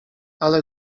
ale